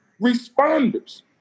responders